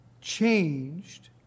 changed